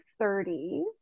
30s